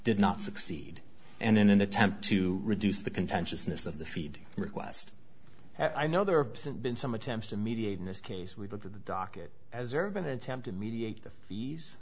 did not succeed and in an attempt to reduce the contentiousness of the feed request i know there have been some attempts to mediate in this case we've looked at the docket as urban attempt to mediate the fees